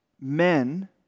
men